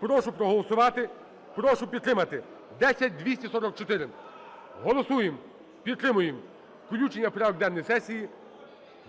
Прошу проголосувати. Прошу підтримати 10244. Голосуємо. Підтримуємо включення в порядок денний сесії